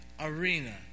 arena